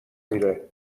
میره